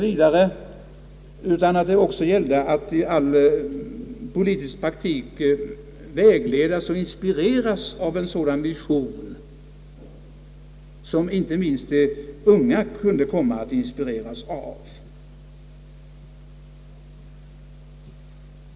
Vv., utan att det också gäller att i all politisk praktik vägledas och inspireras till en sådan vision som inte minst de unga kunde komma att inspireras av.